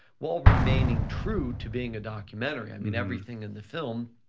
while remaining true to being a documentary, i mean, everything in the film,